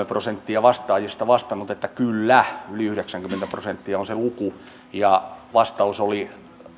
prosenttia vastaajista vastannut että kyllä yli yhdeksänkymmentä prosenttia on se luku vastaus oli